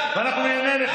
שעזר לי בחוק ומסייע לי.